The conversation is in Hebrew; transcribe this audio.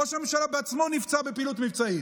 ראש הממשלה בעצמו נפצע בפעילות מבצעית.